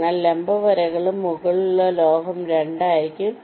എല്ലാ ലംബ വരകളും മുകളിലുള്ള ലോഹം 2 ആയിരിക്കും